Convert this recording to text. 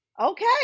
okay